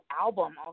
album